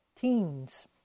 teens